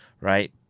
right